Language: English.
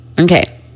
Okay